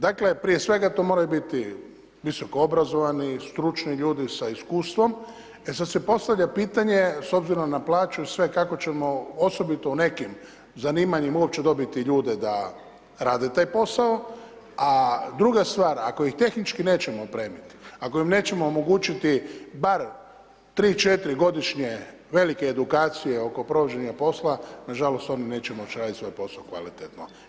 Dakle, prije svega to moraju biti visoko obrazovani stručni ljudi s iskustvom, e sad se postavlja pitanje s obzirom na plaću sve kako ćemo osobito u nekim zanimanjima uopće dobiti ljude da rade taj posao, a druga stvar ako ih tehnički nećemo opremiti, ako im nećemo omogućiti bar 3, 4 godišnje velike edukacije oko provođenja posla nažalost oni neće moći raditi svoj posao kvalitetno.